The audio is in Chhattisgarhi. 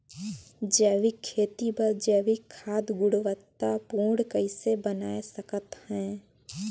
जैविक खेती बर जैविक खाद गुणवत्ता पूर्ण कइसे बनाय सकत हैं?